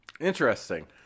Interesting